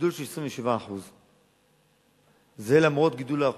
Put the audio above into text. גידול של 27%. זה למרות גידול האוכלוסייה.